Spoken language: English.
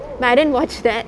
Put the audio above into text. but I didn't watch that